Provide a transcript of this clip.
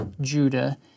Judah